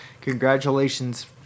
Congratulations